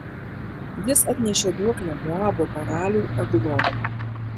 jis atnešė duoklę moabo karaliui eglonui